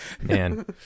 man